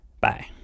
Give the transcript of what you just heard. bye